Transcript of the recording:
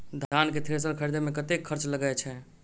धान केँ थ्रेसर खरीदे मे कतेक खर्च लगय छैय?